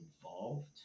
involved